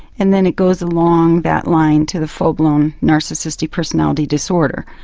and then it goes along that line to the full-blown narcissistic personality disorder.